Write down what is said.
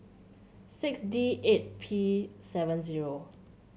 six D eight P seven zero